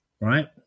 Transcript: right